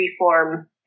reform